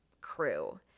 crew